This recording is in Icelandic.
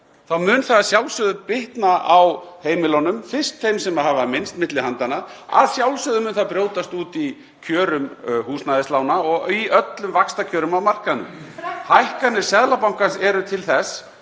mun það að sjálfsögðu bitna á heimilunum, fyrst á þeim sem hafa minnst milli handanna. Að sjálfsögðu mun það brjótast út í kjörum húsnæðislána og í öllum vaxtakjörum á markaðnum. Hækkanir Seðlabankans eru til þess